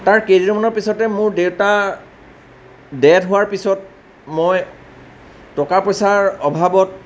তাৰ কেইদিনমানৰ পিছতে মোৰ দেউতাৰ দেথ হোৱাৰ পিছত মই টকা পইচাৰ অভাৱত